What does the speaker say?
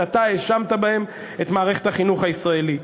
שאתה האשמת בהם את מערכת החינוך הישראלית.